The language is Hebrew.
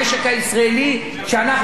ואנחנו מדינה מוטת ייצוא.